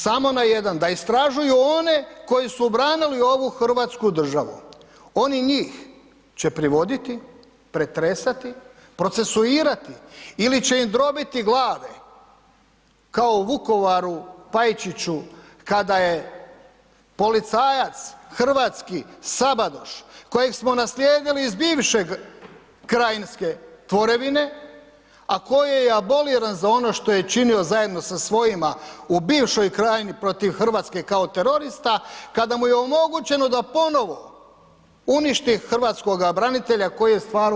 Samo na jedan, da istražuju one koji su obranili ovu hrvatsku državu, oni njih će privoditi, pretresati, procesuirati ili će im drobiti glave kao u Vukovaru Pajčiću kada je policajac hrvatski Sabadoš kojeg smo naslijedili iz bivše krajinske tvorevine, a koji je aboliran za ono što je činio zajedno sa svojima u bivšoj krajini protiv RH kao terorista kada mu je omogućeno da ponovo uništi hrvatskoga branitelja koji je stvarao ovu državu.